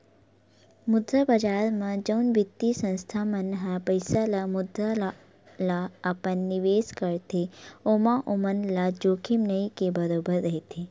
मुद्रा बजार म जउन बित्तीय संस्था मन ह पइसा ल मुद्रा ल अपन निवेस करथे ओमा ओमन ल जोखिम नइ के बरोबर रहिथे